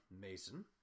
Mason